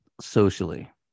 socially